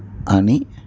అని